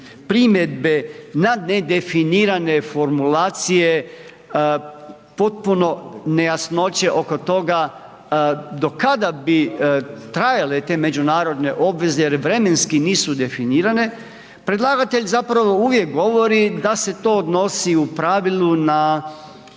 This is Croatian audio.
primjedbe na nedefinirane formulacije, potpuno nejasnoće oko toga do kada bi trajale te međunarodne obveze jer vremenski nisu definirane, predlagatelj zapravo uvijek govori da se to odnosi u pravilu na